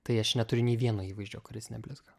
tai aš neturiu nei vieno įvaizdžio kuris neblizga